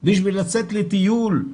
לטיול.